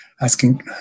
asking